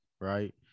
right